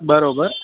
બરાબર